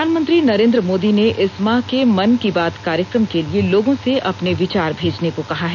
प्रधानमंत्री नरेन्द्र मोदी ने इस माह के मन की बात कार्यक्रम के लिए लोगों से अपने विचार भेजने को कहा है